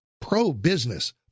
pro-business